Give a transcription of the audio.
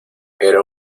era